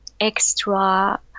extra